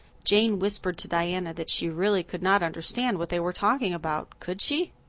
jane whispered to diana that she really could not understand what they were talking about. could she?